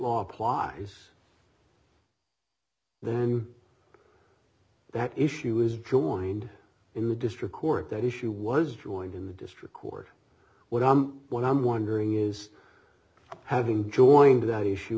law applies then that issue is joined in the district court that issue was joined in the district court what i'm what i'm wondering is having joined that issue